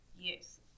yes